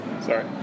sorry